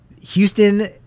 Houston